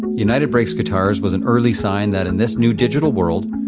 united breaks guitars was an early sign that in this new digital world,